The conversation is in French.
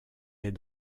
est